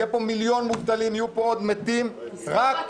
יהיו פה מיליון מובטלים, יהיו פה עוד מתים, רק